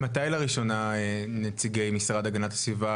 מתי לראשונה, נציגי מהמשרד להגנת הסביבה,